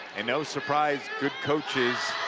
and no surprise, good coaches